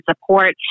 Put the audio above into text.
support